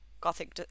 Gothic